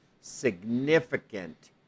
significant